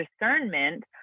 discernment